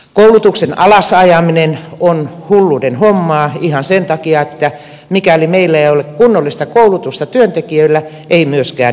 koulutuksen alasajaminen on hulluuden hommaa ihan sen takia että mikäli meillä ei ole kunnollista koulutusta työntekijöillä ei myöskään jälkeä synny